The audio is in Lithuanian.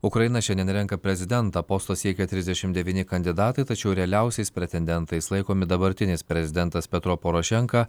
ukraina šiandien renka prezidentą posto siekia trisdešimt devyni kandidatai tačiau realiausiais pretendentais laikomi dabartinis prezidentas petro porošenka